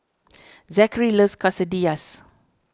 Zakary loves Quesadillas